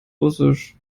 russisch